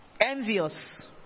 envious